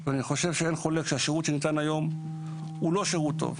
ואני חושב שאין חולק שהשירות שניתן היום הוא לא שירות טוב.